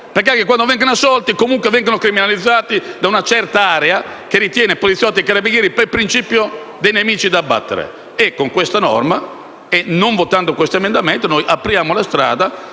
Anche quando essi vengono assolti, infatti, vengono criminalizzati da una certa area che ritiene poliziotti e carabinieri, per principio, dei nemici da abbattere. Con questa norma, e non votando questo emendamento, noi apriamo la strada